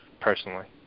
personally